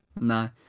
No